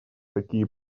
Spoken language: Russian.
такие